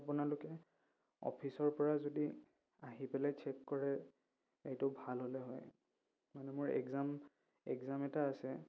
আপোনালোকে অফিচৰ পৰা যদি আহি পেলাই চেক কৰে এইটো ভাল হ'লে হয় মানে মোৰ এক্সাম এক্সাম এটা আছে